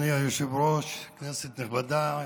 אדוני היושב-ראש, כנסת נכבדה,